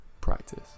practice